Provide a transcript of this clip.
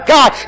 God